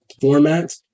format